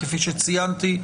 כפי שציינתי,